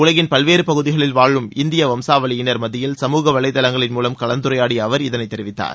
உலகின் பல்வேறு பகுதிகளில் வாழும் இந்திய வம்சாவளியினர் மத்தியில் சமூக வலைதளங்களின் மூலம் கலந்துரையாடிய அவர் இதனைத் தெரிவித்தார்